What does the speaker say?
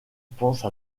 pense